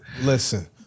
Listen